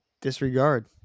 disregard